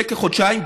לפני כחודשיים,